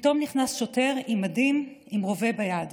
פתאום נכנס שוטר, עם מדים, עם רובה ביד.